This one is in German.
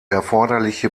erforderliche